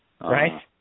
Right